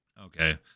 Okay